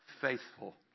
faithful